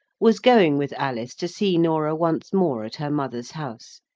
was going with alice to see norah once more at her mother's house.